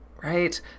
right